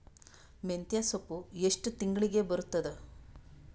ಮೆಂತ್ಯ ಸೊಪ್ಪು ಎಷ್ಟು ತಿಂಗಳಿಗೆ ಬರುತ್ತದ?